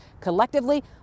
Collectively